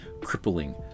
crippling